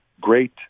Great